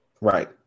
Right